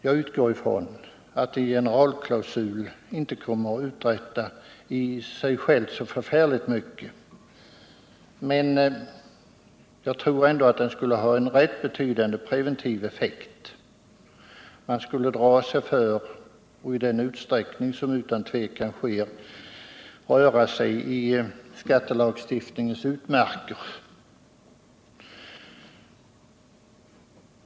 Jag utgår ifrån att en generalklausul i sig själv inte kommer att uträtta så förfärligt mycket. Jag tror ändå på att den skulle ha en rätt betydande preventiv effekt. Man skulle dra sig för att i den utsträckning som utan tvivel sker röra sig i skattelagstiftningens utmarker.